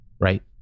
right